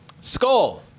skull